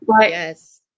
Yes